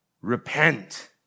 repent